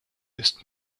ist